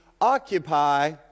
occupy